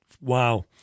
wow